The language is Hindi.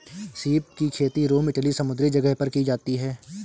सीप की खेती रोम इटली समुंद्री जगह पर की जाती है